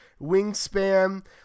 wingspan